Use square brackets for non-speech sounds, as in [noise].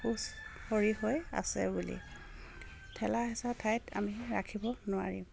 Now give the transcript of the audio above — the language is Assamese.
[unintelligible] হৈ আছে বুলি ঠেলা হেঁচা ঠাইত আমি ৰাখিব নোৱাৰিম